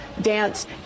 dance